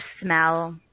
smell